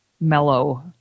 mellow